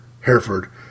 Hereford